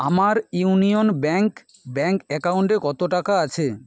আমার Union Bank bank অ্যাকাউন্টে কত টাকা আছে